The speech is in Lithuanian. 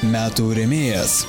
metų rėmėjas